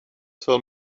till